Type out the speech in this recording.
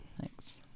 thanks